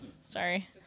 Sorry